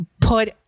put